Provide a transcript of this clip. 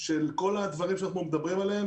שאנחנו מדברים עליהן